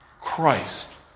Christ